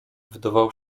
wydawał